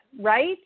right